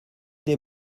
des